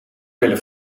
willen